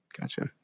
Gotcha